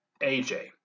AJ